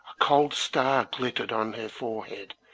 cold star glittered on her forehead,